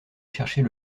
chercher